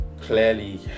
clearly